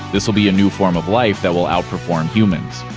this will be a new form of life that will outperform humans.